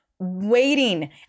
waiting